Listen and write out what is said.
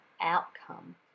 outcome